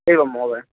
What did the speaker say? एवं महोदय